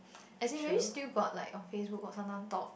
as in maybe still got like on Facebook or sometime talk